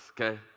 okay